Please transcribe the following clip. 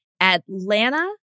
Atlanta